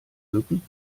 mücken